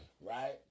Right